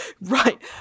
Right